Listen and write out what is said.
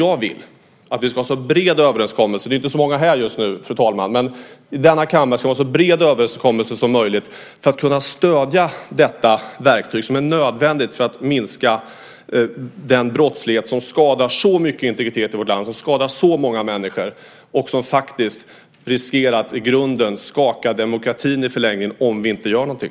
Jag vill att vi i denna kammare - nu är det inte så många här just nu, fru talman - ska nå en så bred överenskommelse som möjligt för att kunna stödja detta verktyg, som är nödvändigt för att minska den brottslighet som skadar så mycket integriteten i vårt land, som skadar så många människor och som faktiskt riskerar att i en förlängning i grunden skaka demokratin om vi inte gör någonting.